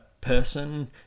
person